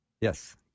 Yes